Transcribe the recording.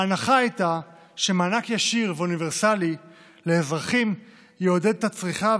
ההנחה הייתה שמענק ישיר ואוניברסלי לאזרחים יעודד את הצריכה,